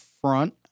front